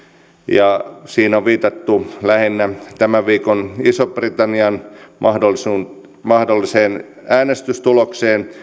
ja siinä on lähinnä viitattu tämän viikon ison britannian mahdolliseen äänestystulokseen